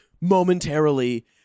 momentarily